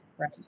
right